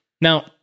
Now